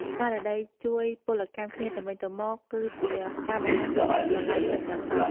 ស្មារតីជួយពលកម្មគ្នាទៅវិញទៅមកគឺជាការបង្ហាញពីការស្រលាញ់ពិតប្រាកដ។